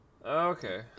Okay